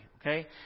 okay